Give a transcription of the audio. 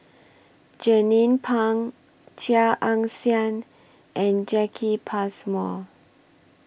Jernnine Pang Chia Ann Siang and Jacki Passmore